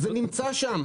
זה נמצא שם.